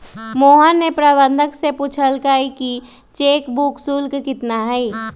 मोहन ने प्रबंधक से पूछल कई कि चेक बुक शुल्क कितना हई?